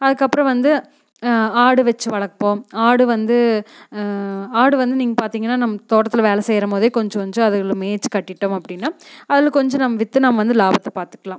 அதுக்கப்புறம் வந்து ஆடு வச்சி வளர்ப்போம் ஆடு வந்து ஆடு வந்து நீங்க பார்த்திங்கன்னா நம்ம தோட்டத்தில் வேலை செய்கிறம் போதே கொஞ்சம் கொஞ்சம் அதுகளை மேய்ச்சி கட்டிட்டோம் அப்படின்னா அதில் கொஞ்சம் நம்ம விற்று நம்ம வந்து லாபத்தை பார்த்துக்கலாம்